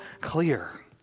clear